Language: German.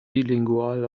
bilingual